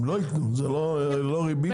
הם לא ייתנו, זה לא ריבית ולא לא ריבית.